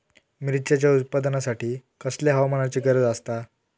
मिरचीच्या उत्पादनासाठी कसल्या हवामानाची गरज आसता?